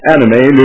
Anime